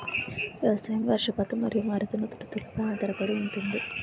వ్యవసాయం వర్షపాతం మరియు మారుతున్న రుతువులపై ఆధారపడి ఉంటుంది